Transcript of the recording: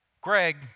Greg